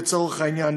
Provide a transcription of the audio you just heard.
לצורך העניין,